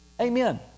Amen